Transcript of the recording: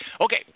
Okay